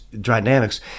dynamics